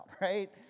right